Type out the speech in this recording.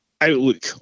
outlook